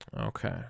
Okay